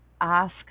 ask